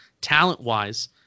talent-wise